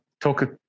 talk